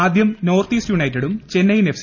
ആദ്യം north east യുണൈറ്റഡും Chennaiyin F